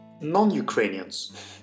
non-Ukrainians